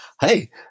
Hey